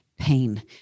pain